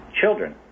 children